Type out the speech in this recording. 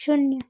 शून्य